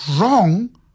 wrong